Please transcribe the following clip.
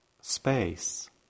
space